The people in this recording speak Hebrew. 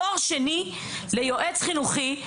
תואר שני ליועץ חינוכי,